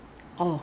alcohol lah